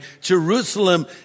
Jerusalem